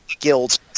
Guilds